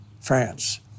France